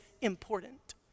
important